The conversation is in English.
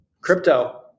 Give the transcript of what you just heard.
crypto